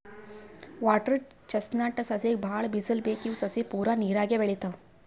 water chestnut ಸಸಿಗ್ ಭಾಳ್ ಬಿಸಲ್ ಬೇಕ್ ಇವ್ ಸಸಿ ಪೂರಾ ನೀರಾಗೆ ಬೆಳಿತಾವ್